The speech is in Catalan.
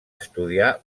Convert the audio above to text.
estudiar